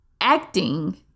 acting